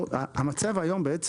המצב היום אומר